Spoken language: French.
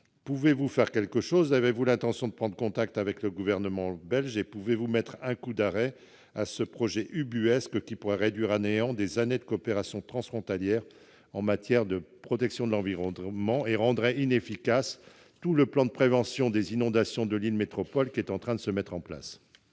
pouvez-vous faire quelque chose ? Avez-vous l'intention de prendre contact avec le gouvernement belge ? Pouvez-vous mettre un coup d'arrêt à ce projet ubuesque, qui pourrait réduire à néant des années de coopération transfrontalière en matière de protection de l'environnement et rendre inefficace l'ensemble du plan de prévention des inondations de Lille Métropole qui est en train d'être mis en place ?